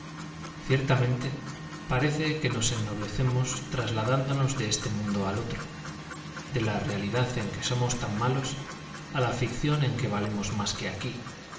ciertamente parece que nos ennoblecemos trasladándonos de este mundo al otro de la realidad en que somos tan malos a la ficción en que valemos más que aquí